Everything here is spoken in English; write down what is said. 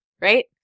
right